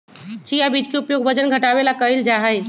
chia बीज के उपयोग वजन घटावे ला कइल जाहई